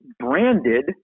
branded